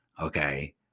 okay